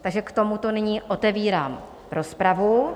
Takže k tomuto nyní otevírám rozpravu.